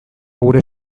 gure